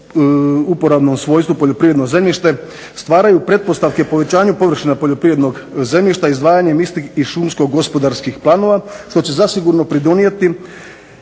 uporabnom svojstvu poljoprivredno zemljište stvaraju pretpostavke povećanju površina poljoprivrednog zemljišta izdvajanjem istih iz šumsko-gospodarskih planova što će zasigurno pridonijeti